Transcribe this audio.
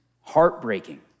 heartbreaking